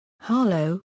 Harlow